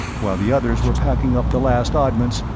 while the others were packing up the last oddments,